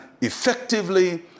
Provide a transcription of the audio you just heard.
effectively